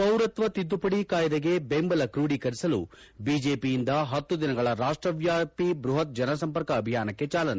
ಪೌರತ್ತ ತಿದ್ದುಪಡಿ ಕಾಯಿದೆಗೆ ಬೆಂಬಲ ಕ್ರೋಡೀಕರಿಸಲು ಬಿಜೆಪಿಯಿಂದ ಪತ್ತು ದಿನಗಳ ರಾಷ್ಟವಾಪಿ ಬ್ಲಪತ್ ಜನಸಂಪರ್ಕ ಅಭಿಯಾನಕ್ಕೆ ಚಾಲನೆ